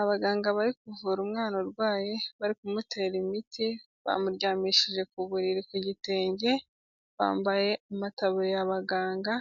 Abaganga bari kuvura umwana urwaye bari kumutera imiti, bamuryamishije ku buriri ku gitenge, bambaye amataburiya abaganga,